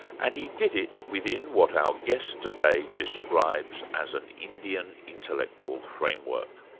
and he did it within what our guest today describes as an indian intellectual framework.